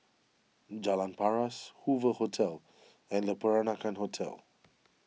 Jalan Paras Hoover Hotel and Le Peranakan Hotel